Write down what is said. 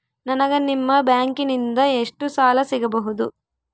ನನಗ ನಿಮ್ಮ ಬ್ಯಾಂಕಿನಿಂದ ಎಷ್ಟು ಸಾಲ ಸಿಗಬಹುದು?